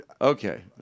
okay